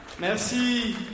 Merci